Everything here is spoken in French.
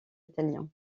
italien